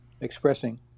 expressing